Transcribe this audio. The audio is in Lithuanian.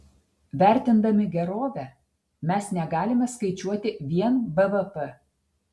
vertindami gerovę mes negalime skaičiuoti vien bvp